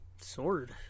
Sword